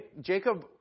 Jacob